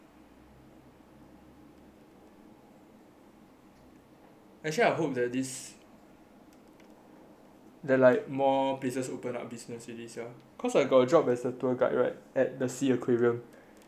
actually I hope that this that like more business open up in the city cause I got a job as a tour guide right at at SEA aquarium so I'm quite hyped for that